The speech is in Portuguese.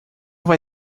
vai